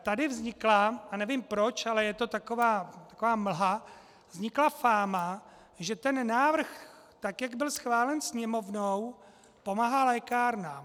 Tady vznikla, nevím proč, ale je to taková mlha, vznikla fáma, že ten návrh, tak jak byl schválen Sněmovnou, pomáhá lékárnám.